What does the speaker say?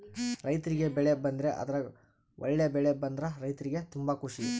ರೈರ್ತಿಗೆ ಬೆಳೆ ಬಂದ್ರೆ ಅದ್ರಗ ಒಳ್ಳೆ ಬೆಳೆ ಬಂದ್ರ ರೈರ್ತಿಗೆ ತುಂಬಾ ಖುಷಿ